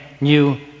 New